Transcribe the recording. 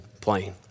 plane